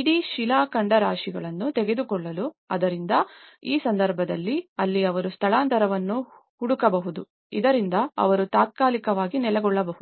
ಇಡೀ ಶಿಲಾಖಂಡರಾಶಿಗಳನ್ನು ತೆಗೆದುಕೊಳ್ಳಲು ಆದ್ದರಿಂದ ಆ ಸಂದರ್ಭದಲ್ಲಿ ಅಲ್ಲಿ ಅವರು ಸ್ಥಳಾಂತರವನ್ನು ಹುಡುಕಬಹುದು ಇದರಿಂದ ಅವರು ತಾತ್ಕಾಲಿಕವಾಗಿ ನೆಲೆಗೊಳ್ಳಬಹುದು